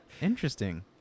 Interesting